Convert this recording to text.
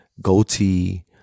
goatee